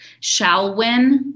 shallwin